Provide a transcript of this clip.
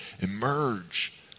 emerge